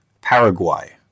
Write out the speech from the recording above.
Paraguay